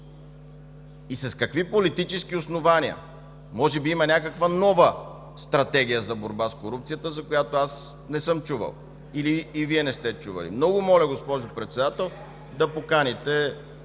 и с какви политически основания?! Може би има някаква нова стратегия за борба с корупцията, за която не съм чувал, или и Вие не сте чували? Много Ви моля, госпожо Председател, да поканите